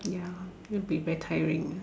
ya that would be very tiring